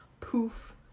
poof